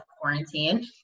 quarantine